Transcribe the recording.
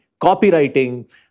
copywriting